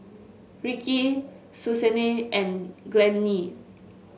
Rickie Susanne and Glennie